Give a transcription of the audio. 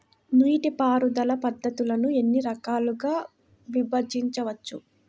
నీటిపారుదల పద్ధతులను ఎన్ని రకాలుగా విభజించవచ్చు?